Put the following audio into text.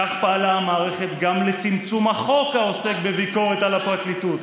כך פעלה המערכת גם לצמצום החוק העוסק בביקורת על הפרקליטות,